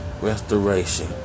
restoration